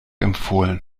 empfohlen